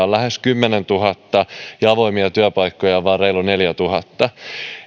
on lähes kymmenentuhatta ja avoimia työpaikkoja vain reilu neljätuhatta